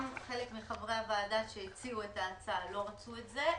חלק מחברי הוועדה לא רצו את זה,